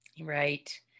right